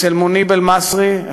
אצל מוניב אל-מסרי,